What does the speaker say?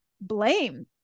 blame